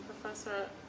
professor